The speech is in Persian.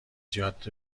جاده